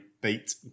beat